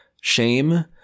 shame